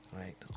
right